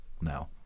now